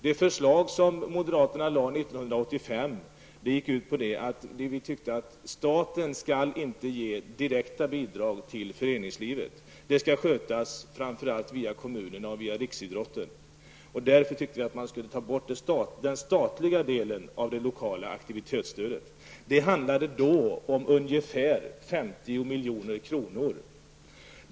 Det förslag som moderaterna lade fram år 1985 innebar att vi tyckte att staten inte skall ge direkta bidrag till föreningslivet. Det skall framför allt skötas via kommunerna och riksidrotten. Därför tyckte vi att man skulle ta bort den statliga delen av det lokala aktivitetsstödet. Det handlade då om ungefär 50 milj.kr.